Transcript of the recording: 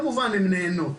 כמובן שהן נענות.